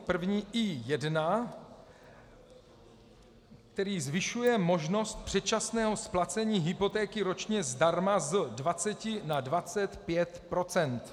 První I1, který zvyšuje možnost předčasného splacení hypotéky ročně zdarma z 20 na 25 %.